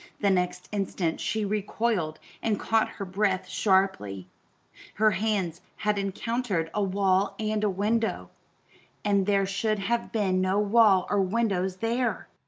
the next instant she recoiled and caught her breath sharply her hands had encountered a wall and a window and there should have been no wall or windows there!